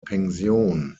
pension